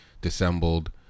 disassembled